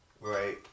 Right